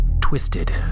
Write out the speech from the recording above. twisted